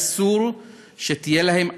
אסור שתהיה להם אמירה,